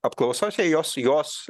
apklausose jos jos